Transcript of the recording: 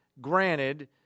granted